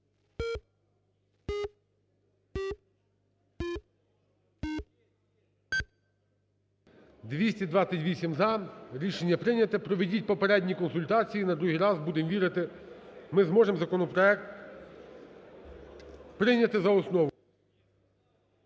За-228 Рішення прийнято. Проведіть попередні консультації. На другий раз, будемо вірити, ми зможемо законопроект прийняти за основу.